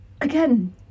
Again